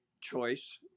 choice